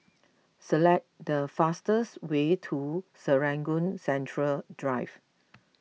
select the fastest way to Serangoon Central Drive